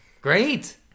Great